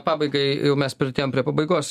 pabaigai mes priartėjom prie pabaigos